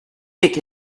dick